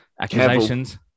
Accusations